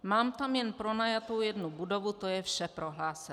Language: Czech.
Mám tam jen pronajatou jednu budovu, to je vše, prohlásil.